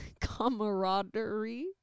camaraderie